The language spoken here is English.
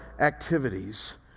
activities